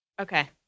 Okay